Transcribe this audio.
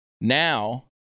Now